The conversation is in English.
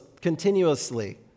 continuously